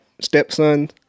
stepson